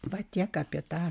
va tiek apie tą